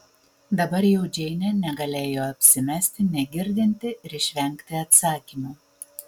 dabar jau džeinė negalėjo apsimesti negirdinti ir išvengti atsakymo